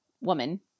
woman